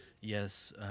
yes